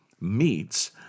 meets